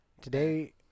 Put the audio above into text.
Today